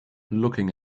looking